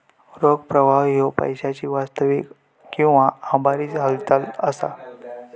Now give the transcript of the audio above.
रोख प्रवाह ह्यो पैशाची वास्तविक किंवा आभासी हालचाल असा